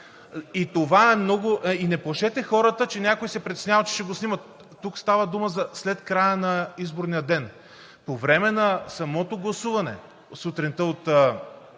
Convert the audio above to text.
или наблюдател. И не плашете хората, че някой се притеснява, че ще го снимат. Тук става дума за след края на изборния ден. По време на самото гласуване, сутринта от